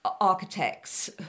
architects